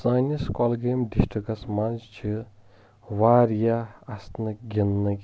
سٲنس کۄلگٲمۍ ڈسٹرکس منٛز چھِ واریاہ اسنٕکۍ گنٛدنٕکۍ